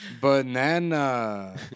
Banana